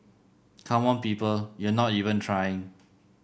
come on people you're not even trying